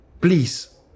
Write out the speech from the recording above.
Please